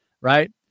Right